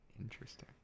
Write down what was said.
Interesting